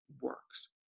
works